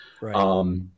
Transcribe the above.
Right